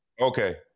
Okay